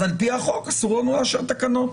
אז על פי החוק אסור לנו לאשר תקנות.